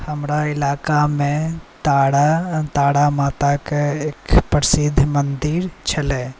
हमरा इलाकामे तारा माताके एक प्रसिद्ध मन्दिर छलै